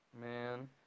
Man